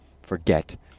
forget